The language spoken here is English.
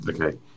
okay